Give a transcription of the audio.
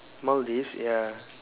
nowadays ya